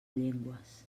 llengües